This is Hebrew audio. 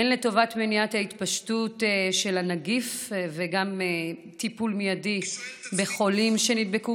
הן למניעת ההתפשטות של הנגיף וטיפול מיידי בחולים שנדבקו